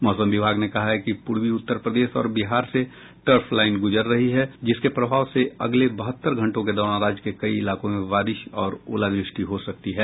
मौसम विभाग ने कहा है कि पूर्वी उत्तर प्रदेश और बिहार से ट्रफ लाईन गुजर रही है जिसके प्रभाव से अगले बहत्तर घंटों के दौरान राज्य के कई इलाकों में बारिश और ओलावृष्टि हो सकती है